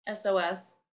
SOS